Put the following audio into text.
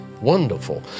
wonderful